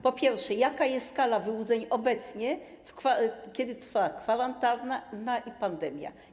Po pierwsze, jaka jest skala wyłudzeń obecnie, kiedy trwa kwarantanna i pandemia?